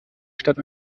statt